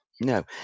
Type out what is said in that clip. No